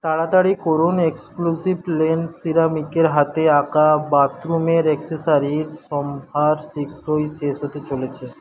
তাড়াতাড়ি করুন এক্সক্লুসিভলেন সিরামিকের হাতে আঁকা বাথরুমের অ্যাক্সেসরির সম্ভার শীঘ্রই শেষ হতে চলেছে